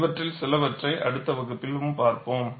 இவற்றில் சிலவற்றை அடுத்த வகுப்பிலும் பார்ப்போம்